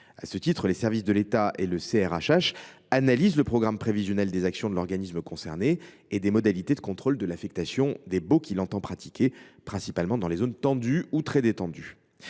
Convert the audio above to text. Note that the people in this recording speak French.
À ce titre, les services de l’État et le CRHH analysent le programme prévisionnel des actions de l’organisme concerné et des modalités de contrôle de l’affectation des baux qu’il entend pratiquer, principalement dans les zones tendues ou très tendues.